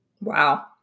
Wow